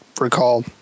recall